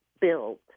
build